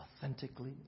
authentically